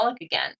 again